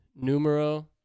numero